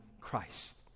Christ